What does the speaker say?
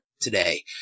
today